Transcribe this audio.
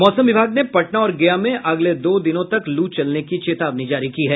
मौसम विभाग ने पटना और गया में अगले दो दिनों तक लू चलने की चेतावनी जारी की है